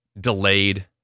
delayed